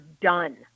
done